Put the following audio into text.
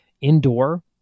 indoor